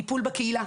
טיפול בקהילה,